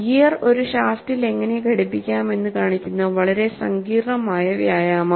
gear ഒരു ഷാഫ്റ്റിൽ എങ്ങനെ ഘടിപ്പിക്കാം എന്ന് കാണിക്കുന്ന വളരെ സങ്കീർണ്ണമായ വ്യായാമം